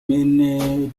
many